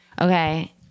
Okay